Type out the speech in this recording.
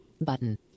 Button